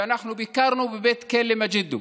ואנחנו ביקרנו בבית כלא מגידו